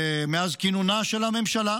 מאז כינונה של הממשלה,